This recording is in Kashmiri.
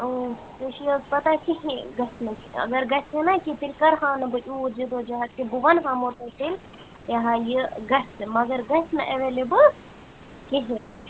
ژےٚ چھِ حظ پتاہ کِہیٖنٛۍ گژھِ نہٕ اگر گژھِ ہے نا کیٚنٛہہ تیٚلہِ کَرٕہا نہٕ بہٕ یوٗت جِدوجہد کیٚنٛہہ بہٕ وَنٕہمَو تۄہہِ تیٚلہِ ہا ہَے یہِ گژھِ مگر گژھِ نہٕ ایٚوَیلیبُل کِہیٖنٛۍ